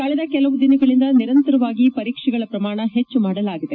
ಕಳೆದ ಕೆಲವು ದಿನಗಳಿಂದ ನಿರಂತರವಾಗಿ ಪರೀಕ್ಷೆಗಳ ಪ್ರಮಾಣ ಹೆಚ್ಚು ಮಾಡಲಾಗಿದೆ